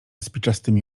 spiczastymi